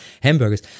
hamburgers